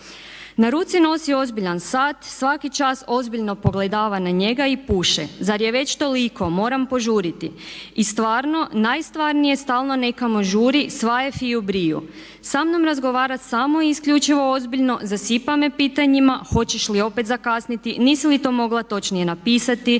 Na ruci nosi ozbiljan sat, svaki čak ozbiljno pogledava na njega i puše. Zar je već toliko? Moram požuriti. I stvarno, najstvarnije stalno nekamo žuri, sva je fiju briju. Sa mnom razgovara samo isključivo ozbiljno, zasipa me pitanjima: Hoćeš li opet zakasniti? Nisi li to mogla točnije napisati?